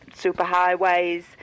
superhighways